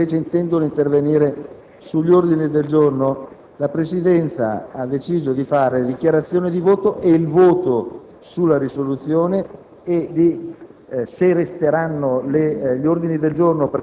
di poter far intervenire in dichiarazione di voto senatori che invece intendono intervenire sugli ordini del giorno, la Presidenza ha deciso di procedere con le dichiarazioni di voto e il voto sulla risoluzione e poi